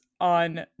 on